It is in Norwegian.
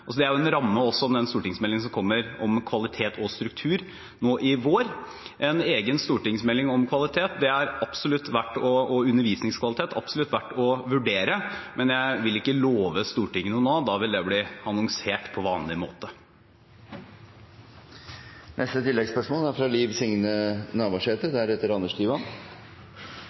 den stortingsmeldingen om kvalitet og struktur som kommer nå i vår. En egen stortingsmelding om kvalitet og undervisningskvalitet er absolutt verdt å vurdere, men jeg vil ikke love Stortinget noe nå. Da vil det bli annonsert på vanlig måte. Forsking på studiekvaliteten ved ulike institusjonar i Noreg gjev i dag ikkje grunnlag for å seie at studiekvaliteten er